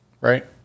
right